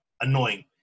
annoying